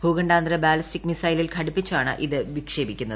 ഭൂഖണ്ഡാന്തര ballistic മിസൈലിൽ ഘടിപ്പിച്ചാണ് ഇത് വിക്ഷേപിക്കുന്നത്